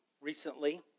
recently